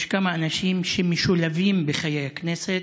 יש כמה אנשים שמשולבים בחיי הכנסת,